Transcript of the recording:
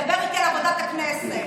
מדברת איתי על עבודת הכנסת.